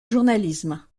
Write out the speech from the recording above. journalisme